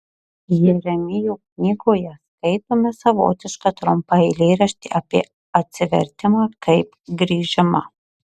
jeremijo knygoje skaitome savotišką trumpą eilėraštį apie atsivertimą kaip grįžimą